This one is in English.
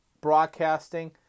broadcasting